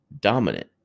dominant